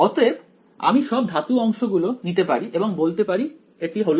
অতএব আমি সব ধাতু অংশগুলো নিতে পারি এবং বলতে পারি এটা হল